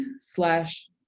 slash